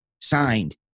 signed